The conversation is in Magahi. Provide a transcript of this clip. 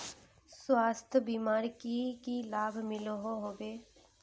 स्वास्थ्य बीमार की की लाभ मिलोहो होबे?